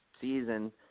season